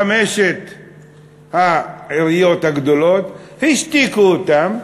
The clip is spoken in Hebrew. חמש העיריות הגדולות, והשתיקו אותן.